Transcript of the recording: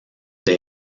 they